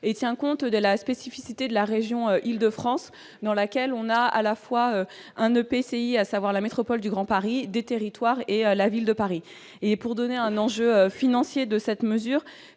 et tient compte de la spécificité de la région Île-de-France, dans laquelle on a à la fois un EPCI, à savoir la métropole du Grand Paris des territoires et la Ville de Paris et pour donner un enjeu financier de cette mesure,